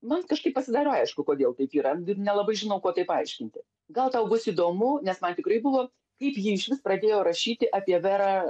man kažkaip pasidarė aišku kodėl taip yra ir nelabai žinau kuo tai paaiškinti gal tau bus įdomu nes man tikrai buvo kaip ji išvis pradėjo rašyti apie verą